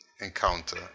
encounter